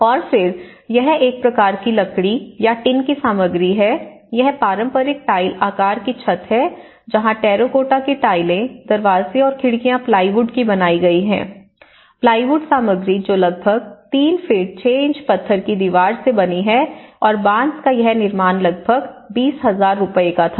और फिर यह एक प्रकार की लकड़ी या टिन की सामग्री है यह पारंपरिक टाइल आकार की छत है जहां टेराकोटा की टाइल्स दरवाजे और खिड़कियां प्लाईवुड की बनाई गई हैं प्लाईवुड सामग्री जो लगभग 3 फीट 6 इंच पत्थर की दीवार से बनी है और बांस का यह निर्माण लगभग 20000 रुपये का था